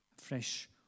fresh